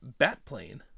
Batplane